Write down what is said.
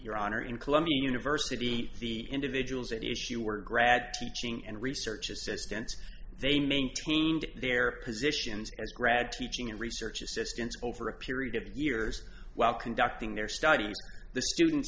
your honor in columbia university the individuals it is she were grad teaching and research assistants they maintained their positions as grad teaching and research assistants over a period of years while conducting their study the students